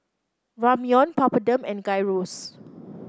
Ramyeon Papadum and Gyros